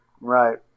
Right